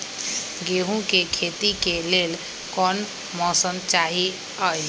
गेंहू के खेती के लेल कोन मौसम चाही अई?